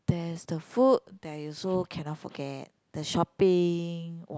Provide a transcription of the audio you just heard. there is the food there is also cannot forget the shopping